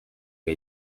che